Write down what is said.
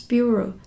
Bureau